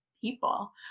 people